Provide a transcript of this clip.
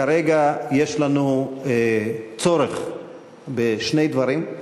כרגע יש לנו צורך בשני דברים: